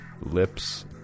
lips